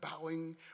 bowing